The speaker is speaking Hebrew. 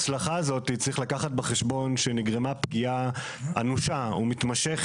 שחלק מהיצרנים אפילו לא שרדו את המשבר.